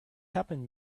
happened